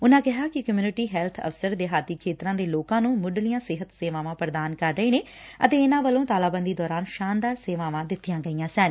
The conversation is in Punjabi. ਉਨੂਾਂ ਕਿਹਾ ਕਿ ਕਮਿਉਨਟੀ ਹੈਲਥ ਅਫ਼ਸਰ ਦਿਹਾਤੀ ਖੇਤਰਾਂ ਦੇ ਲੋਕਾਂ ਨੂੰ ਮੁੱਢਲੀਆਂ ਸਿਹਤ ਸੇਵਾਵਾਂ ਪੁਦਾਨ ਕਰ ਰਹੇ ਨੇ ਅਤੇ ਇਨਾਂ ਵੱਲੋ ਤਾਲਾਬੰਦੀ ਦੌਰਾਨ ਸ਼ਾਨਦਾਰ ਸੇਵਾਵਾਂ ਦਿੱਤੀਆਂ ਗਈਆਂ ਸਨ